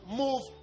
move